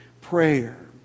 prayer